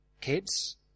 Kids